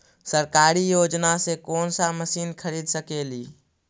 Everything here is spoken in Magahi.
सरकारी योजना से कोन सा मशीन खरीद सकेली?